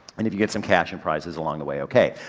and if you get some cash and prizes along the way, ok.